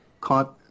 caught